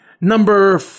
Number